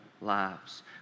lives